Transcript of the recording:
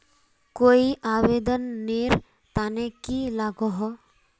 कोई आवेदन नेर तने की लागोहो?